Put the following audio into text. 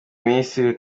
minisitiri